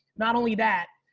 not only that,